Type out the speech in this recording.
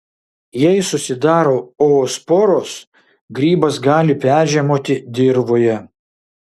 jei susidaro oosporos grybas gali peržiemoti dirvoje